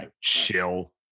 chill